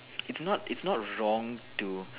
it's not it's not wrong to